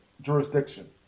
jurisdiction